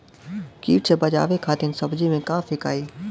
कीट से बचावे खातिन सब्जी में का फेकाई?